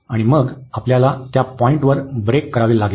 आणि मग आपल्याला त्या पॉईंटवर ब्रेक करावे लागेल तर